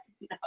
No